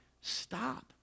stop